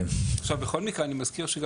עכשיו, בכל מקרה אני מזכיר.